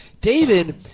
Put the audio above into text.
David